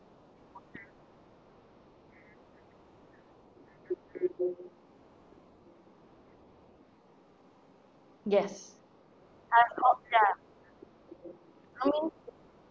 yes no